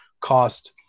cost